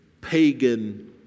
pagan